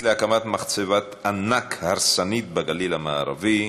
להקמת מחצבת ענק הרסנית בגליל המערבי,